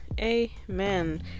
amen